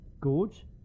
Gorge